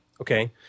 okay